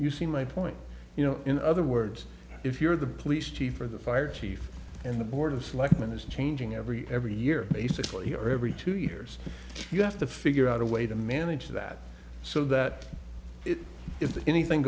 you see my point you know in other words if you're the police chief or the fire chief and the board of selectmen is changing every every year basically or every two years you have to figure out a way to manage that so that if the anything